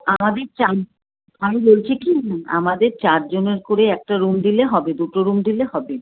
আমাদের চার আমি বলছি কি আমাদের চার জনের করে একটা রুম পেলে হবে দুটো রুম দিলে হবে